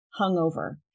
hungover